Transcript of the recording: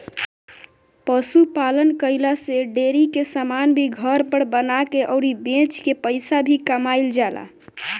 पशु पालन कईला से डेरी के समान भी घर पर बना के अउरी बेच के पईसा भी कमाईल जाला